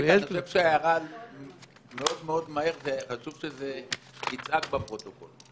שההערה על מאוד מאוד מהר חשוב שזה יצעק בפרוטוקול.